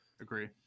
agree